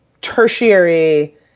tertiary